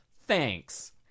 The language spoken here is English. Thanks